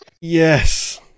Yes